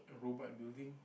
robot building